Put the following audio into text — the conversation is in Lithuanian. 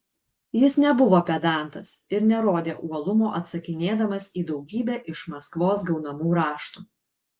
jis nebuvo pedantas ir nerodė uolumo atsakinėdamas į daugybę iš maskvos gaunamų raštų